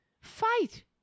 Fight